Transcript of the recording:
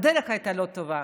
הדרך הייתה לא טובה,